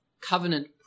covenant